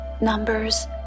Numbers